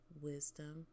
wisdom